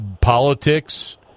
politics